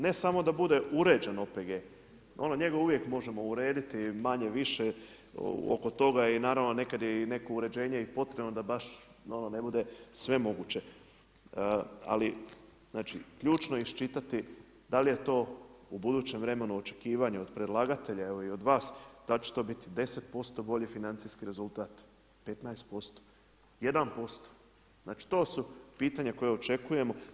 Ne samo da bude uređen OPG, njega uvijek možemo urediti manje-više oko toga i naravno nekad je i neko uređenje potrebno da baš ne bude svemoguće ali ključno je iščitati da li je to u budućem vremenu očekivanje od predlagatelja ili od vas, da li će to biti 10% bolji financijski rezultat, 15%, 1%, znači to su pitanja koja očekujemo.